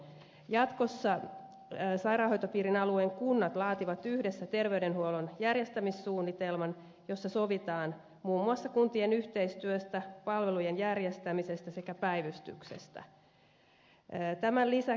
jatkossa sairaanhoitopiirin alueen kunnat laativat yhdessä terveydenhuollon järjestämissuunnitelman jossa sovitaan muun muassa kuntien yhteistyöstä palvelujen järjestämisestä sekä päivystyksestä